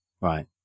right